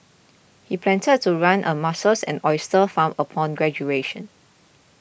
he planned to run a mussels and oyster farm upon graduation